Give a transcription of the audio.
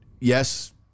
yes